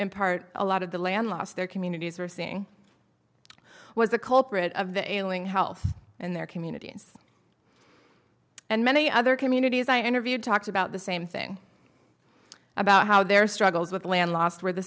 impart a lot of the land lost their communities were seeing was the culprit of the ailing health and their communities and many other communities i interviewed talked about the same thing about how their struggles with land lost were the